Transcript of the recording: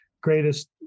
greatest